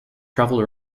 traveled